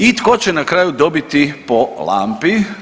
I tko će na kraju dobiti po lampi?